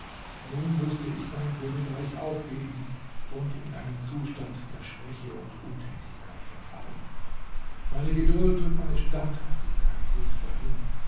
nun mußte ich mein königreich aufgeben und in einen zustand der schwäche und untätigkeit verfallen meine geduld und meine standhaftigkeit sind dahin